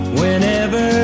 whenever